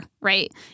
Right